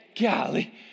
Golly